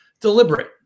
deliberate